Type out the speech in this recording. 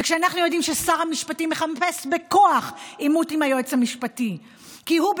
וכשאנחנו יודעים ששר המשפטים מחפש בכוח עימות עם היועץ המשפטי כי הוא,